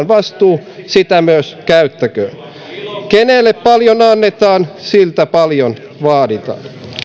vastuu sitä myös käyttäkööt kenelle paljon annetaan siltä paljon vaaditaan